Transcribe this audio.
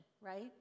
right